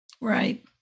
Right